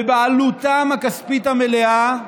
בבעלותם הכספית המלאה,